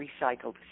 Recycled